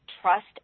trust